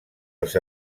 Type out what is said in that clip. els